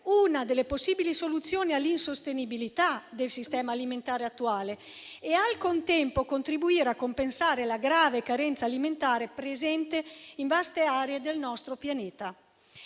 una delle possibili soluzioni all'insostenibilità del sistema alimentare attuale e, al contempo, contribuire a compensare la grave carenza alimentare presente in vaste aree del nostro pianeta.